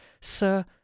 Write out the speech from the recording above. Sir